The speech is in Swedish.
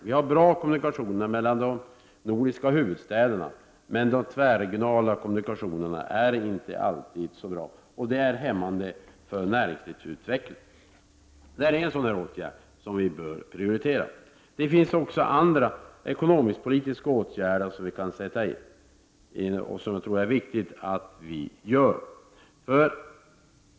Vi har bra kommunikationer mellan de nordiska huvudstäderna, men de tvärregionala kommunikationerna är inte alltid så bra, och det är hämmande för näringslivsutvecklingen. Det är en av de åtgärder som bör prioriteras. Det finns också andra ekonomisk-politiska åtgärder som vi kan sätta in och som jag tror att det är viktigt att vi vidtar.